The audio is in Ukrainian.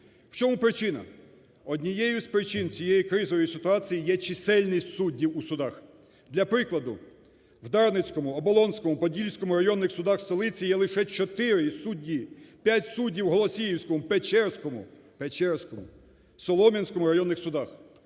В чому причина? Однією з причин цієї кризової ситуації є чисельність суддів у судах. Для прикладу, в Дарницькому, Оболонському, Подільському районних судах столиці є лише чотири судді, п'ять суддів – в Голосіївському, Печерському... Печерському, Солом'янському районних судах.